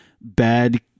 bad